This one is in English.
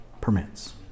permits